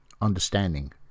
understanding